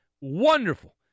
Wonderful